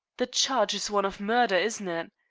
the charge is one of murder, isn't it?